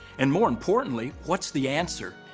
and, more importantly, what's the answer?